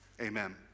amen